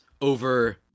over